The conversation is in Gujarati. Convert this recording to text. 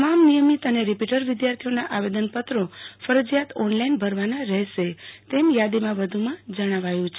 તમામ નિયમિત અને રીપીટર વિદ્યાર્થીઓના આવેદનપત્રો ફરજીયાત ઓનલાઈન ભરવાના રહેશે તેમ યાદીમાં વધુમાં જણાવાયું છે